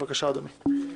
בבקשה, אדוני.